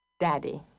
Daddy